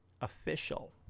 official